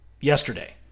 yesterday